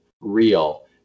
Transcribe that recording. real